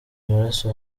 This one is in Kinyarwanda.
maraso